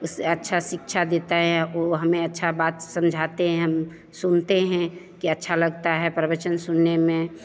उससे अच्छा शिक्षा देता है ओ हमें अच्छा बात समझाते हैं हम सुनते हैं कि अच्छा लगता है प्रवचन सुनने में